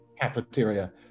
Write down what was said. cafeteria